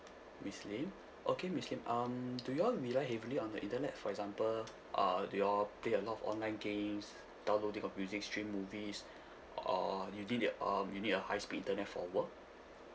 miss lim okay miss lim um do you all rely heavily on the internet for example uh do you all play a lot of online games downloading of music stream movies or you need a um you need a high speed internet for work